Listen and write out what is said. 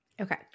Okay